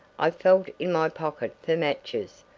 i felt in my pocket for matches.